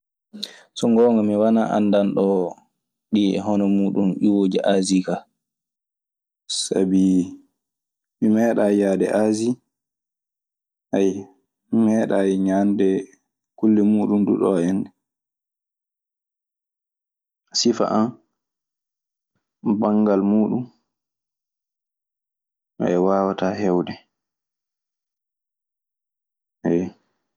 So ngoonga mi wanaa anndanɗoo ɗii e hono muuɗun iwooji Aasii kaa. Sabi mi meeɗaayi yahde Aasii. mi meeɗaayi ñaande kulle muuɗun du ɗoo. Sifa an banngal muuɗun waawataa heewde, ayyo.